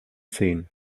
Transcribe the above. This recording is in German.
zehn